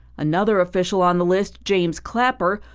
another official on the list, james clapper,